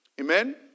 Amen